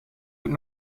moet